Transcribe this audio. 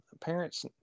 parents